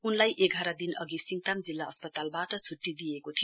उनलाई एघार दिनअघि सिङताम जिल्ला अस्पतालबाट छुट्टी दिइएको थियो